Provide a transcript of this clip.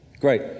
Great